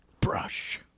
brush